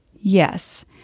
Yes